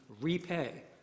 repay